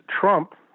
Trump